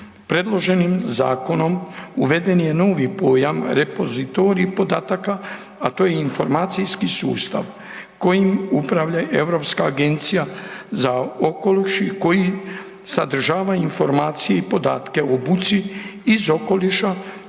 Predloženim zakonom uveden je novi pojam repozitorij podataka, a to je informacijski sustav kojim upravlja Europska agencija za okoliš koji sadržava informacije i podatke o buci iz okoliša